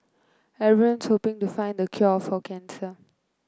everyone's to been to find the cure of for cancer